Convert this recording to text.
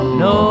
no